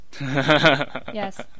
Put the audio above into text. yes